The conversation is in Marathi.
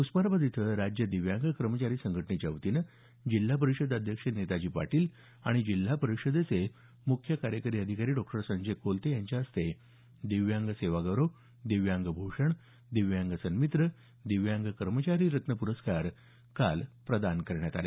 उस्मानाबाद इथं राज्य दिव्यांग कर्मचारी संघटनेच्या वतीने जिल्हा परिषद अध्यक्ष नेताजी पाटील आणि जिल्हा परिषदेचे मुख्य कार्यकारी अधिकारी डॉ संजय कोलते यांच्या हस्ते दिव्यांग सेवा गौरव दिव्यांग भूषण दिव्यांग सन्मित्र दिव्यांग कर्मचारी रत्न पुरस्कार काल प्रदान करण्यात आले